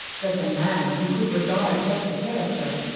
that the man who could regard such a character,